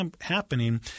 happening